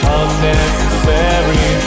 unnecessary